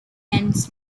ends